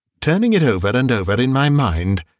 turning it over and over in my mind,